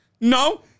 No